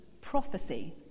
prophecy